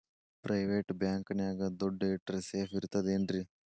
Private bank ನ್ಯಾಗ್ ದುಡ್ಡ ಇಟ್ರ ಸೇಫ್ ಇರ್ತದೇನ್ರಿ?